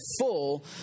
full